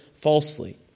falsely